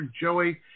Joey